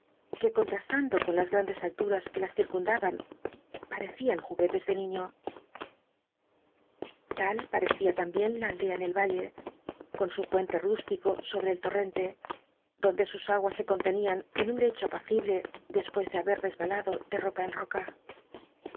ue conlrastando con las grandes altuas que las circundaban parecían juguetes de niño tal parecia tambien la aldea en el valle con su puente rústico sobre el torrente donde sus aguas se contenían en un lecho apacible dcspucs de ha resbalado de roca en roca